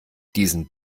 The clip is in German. diesen